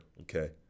okay